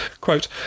quote